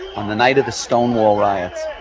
on the night of the stonewall riots,